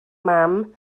mam